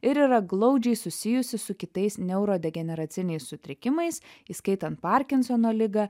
ir yra glaudžiai susijusi su kitais neurodegeneraciniais sutrikimais įskaitant parkinsono ligą